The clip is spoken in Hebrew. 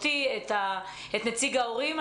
אותי ואת נציג ההורים.